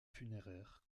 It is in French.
funéraire